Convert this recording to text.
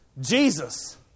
Jesus